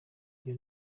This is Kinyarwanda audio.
iyo